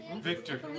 Victor